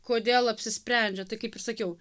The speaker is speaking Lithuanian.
kodėl apsisprendžia tai kaip ir sakiau